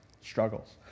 struggles